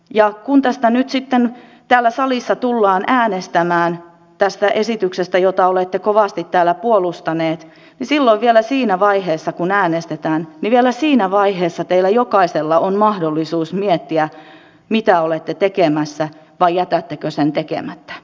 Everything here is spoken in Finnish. ja kun tästä esityksestä jota olette kovasti täällä puolustaneet nyt sitten täällä salissa tullaan äänestämään tästä esityksestä jota olette kovasti niin vielä silloin siinä vaiheessa kun äänestetään teillä jokaisella on mahdollisuus miettiä mitä olette tekemässä vai jätättekö sen tekemättä